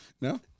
No